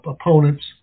opponents